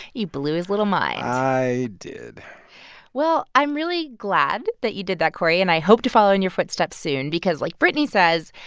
you blew his little mind i did well, i'm really glad that you did that, cory, and i hope to follow in your footsteps soon. because, like brittany says,